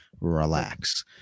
Relax